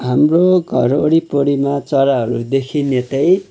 हाम्रो घर वरिपरिमा चराहरू देखिने चाहिँ